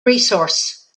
resource